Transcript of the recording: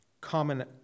common